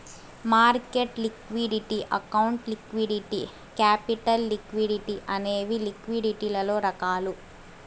market liquidity account liquidity capital liquidity అనేవి లిక్విడిటీలలో రకాలు